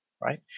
right